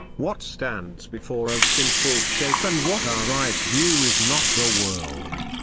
what stands before us in full shape and what our eyes view is not the world.